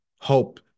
hope